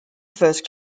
first